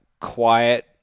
quiet